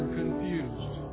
confused